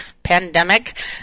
Pandemic